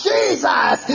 Jesus